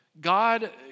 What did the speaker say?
God